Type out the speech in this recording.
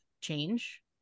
change